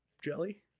jelly